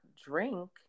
drink